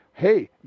Hey